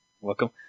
Welcome